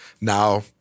Now